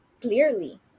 clearly